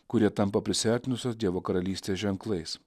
kurie tampa prisiartinusios dievo karalystės ženklais